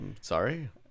sorry